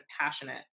passionate